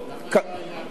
קבענו אותו